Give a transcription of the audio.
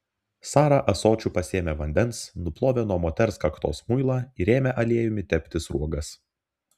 sara ąsočiu pasėmė vandens nuplovė nuo moters kaktos muilą ir ėmė aliejumi tepti sruogas